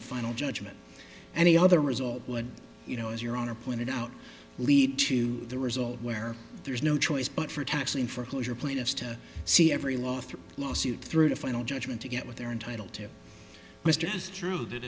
of final judgment any other result would you know as your honor pointed out lead to the result where there is no choice but for taxing for closure plaintiffs to see every last lawsuit through to final judgment to get what they're entitled to mr is true that